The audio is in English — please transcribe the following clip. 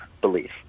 belief